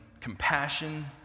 compassion